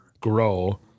grow